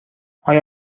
آیا